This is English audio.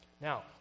Now